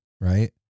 Right